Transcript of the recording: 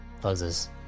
closes